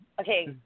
okay